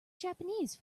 japanese